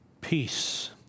peace